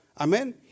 Amen